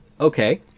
Okay